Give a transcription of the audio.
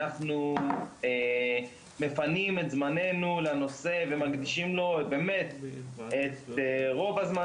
אנחנו מפנים את זמננו לנושא ומקדישים לו את רוב הזמן